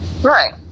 Right